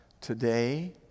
today